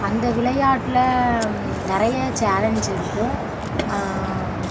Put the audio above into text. அந்த விளையாட்டில் நிறைய சேலஞ்ச் இருக்கும்